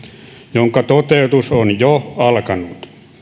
jonka toteutus on jo alkanut